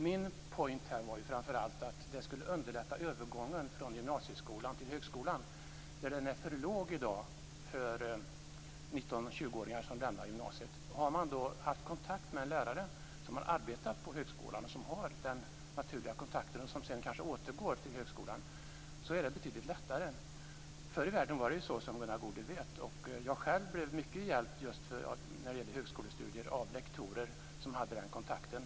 Min poäng var framför allt att detta skulle underlätta övergången från gymnasieskolan till högskolan. Övergången ligger i dag för lågt för 19-20-åringar som lämnar gymnasiet. För den som haft kontakt med en lärare som arbetat på högskolan och har en naturlig kontakt med denna och sedan kanske återgår till högskolan, är det betydligt lättare. Förr i världen var det så, som Gunnar Goude vet. Jag blev själv mycket hjälpt när det gällde högskolestudier av lektorer som hade den kontakten.